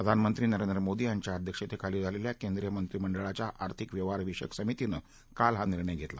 प्रधानमंत्री नरेंद्र मोदी यांच्या अध्यक्षतेखाली झालेल्या केंद्रीय मंत्रिमंडळाच्या आर्थिक व्यवहार विषयक समितीनं काल हा निर्णय घेतला